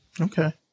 Okay